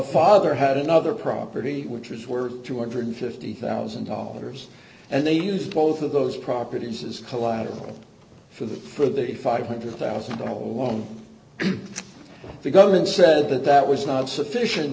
father had another property which was worth two hundred and fifty thousand dollars and they used both of those properties as collateral for the for the five hundred thousand all along the government said that that was not sufficient